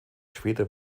später